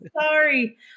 sorry